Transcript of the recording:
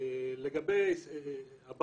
מידע, אותו דיווח.